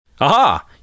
Aha